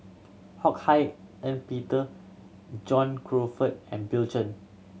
Ho Hak Ean Peter John Crawfurd and Bill Chen